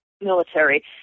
military